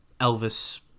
Elvis